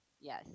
Yes